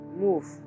move